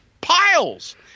piles